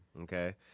Okay